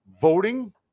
voting